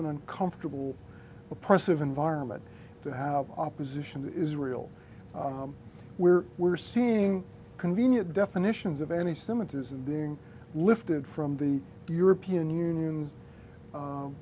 an uncomfortable oppressive environment to have opposition to israel where we're seeing convenient definitions of any semitism being lifted from the european union